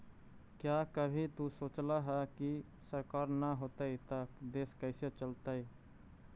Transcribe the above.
क्या कभी तु सोचला है, की सरकार ना होतई ता देश कैसे चलतइ